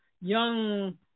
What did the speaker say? young